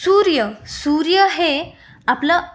सूर्य सूर्य हे आपलं